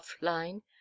line